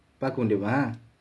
பார்க்க முடியுமா:paarka mudiyumaa